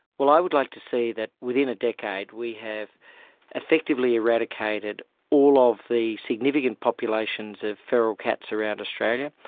well, i would like to see that within a decade we have effectively eradicated all of the significant populations of feral cats around australia.